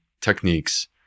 techniques